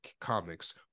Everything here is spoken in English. comics